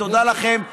תודה לכם.